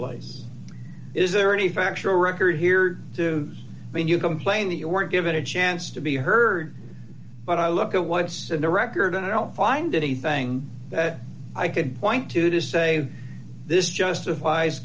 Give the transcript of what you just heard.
place is there any factual record here to when you complain that you weren't given a chance to be heard but i look at the record and i don't find anything that i can point to to say this justifies